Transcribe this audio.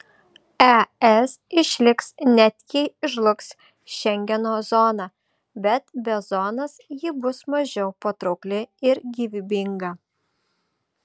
es išliks net jei žlugs šengeno zona bet be zonos ji bus mažiau patraukli ir gyvybinga